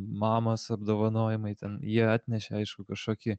mamos apdovanojimai ten jie atnešė aišku kažkokį